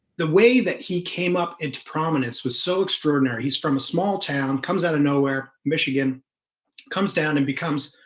the way that he came up into prominence was so extraordinary. he's from a small town comes out of nowhere michigan comes down and becomes